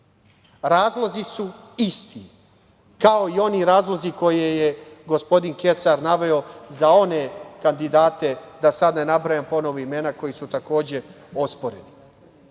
Razlozi su isti, kao i oni razlozi koje je gospodin Kesar naveo za one kandidate, da ne nabrajam ponovo imena, koji su takođe, osporeni. Mi